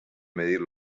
medir